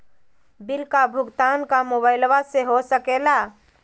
Bill का भुगतान का मोबाइलवा से हो सके ला?